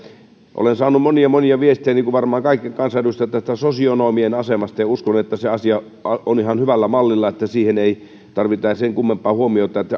olen saanut monia monia viestejä niin kuin varmaan kaikki kansanedustajat sosionomien asemasta uskon että se asia on ihan hyvällä mallilla niin että siihen ei tarvita sen kummempaa huomiota että